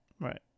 Right